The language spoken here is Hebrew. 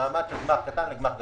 ממעמד של גמ"ח קטן לגמ"ח גדול.